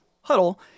huddle